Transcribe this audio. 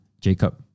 Jacob